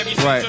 Right